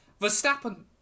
Verstappen